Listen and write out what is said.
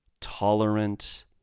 Tolerant